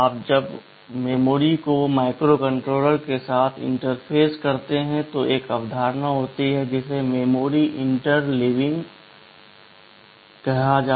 जब आप मेमोरी को माइक्रोकंट्रोलर के साथ इंटरफेस करते हैं तो एक अवधारणा होती है जिसे मेमोरी इंटरलेविंग कहा जाता है